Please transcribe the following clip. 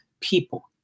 people